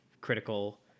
critical